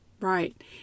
Right